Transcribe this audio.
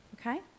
Okay